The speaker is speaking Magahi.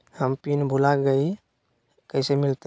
हम पिन भूला गई, कैसे मिलते?